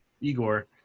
Igor